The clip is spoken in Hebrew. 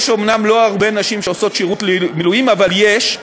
אומנם לא הרבה נשים עושות שירות מילואים, אבל יש,